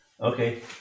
Okay